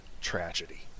tragedy